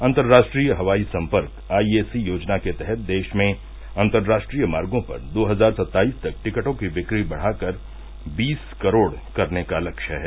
अन्तरराष्ट्रीय हवाई सम्पर्क आईएसी योजना के तहत देश में अंतरराष्ट्रीय मार्गो पर दो हजार सत्ताईस तक टिकटों की बिक्री बढ़ाकर बीस करोड़ करने का लक्ष्य है